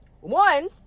one